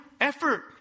effort